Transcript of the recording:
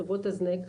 חברות הזנק,